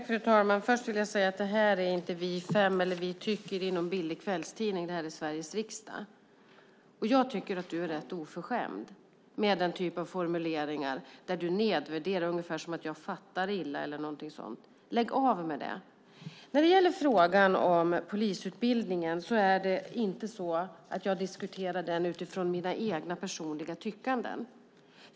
Fru talman! Först vill jag säga till Thomas Bodström att det här inte är Vi fem eller Vi tycker i någon billig kvällstidning. Det här är Sveriges riksdag. Jag tycker att du är rätt oförskämd när du kommer med formuleringar där du nedvärderar mig ungefär som om jag fattar illa eller någonting sådant. Lägg av med det! Jag diskuterar inte polisutbildningen utifrån mina egna personliga tyckanden.